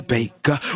Baker